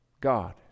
God